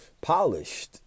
polished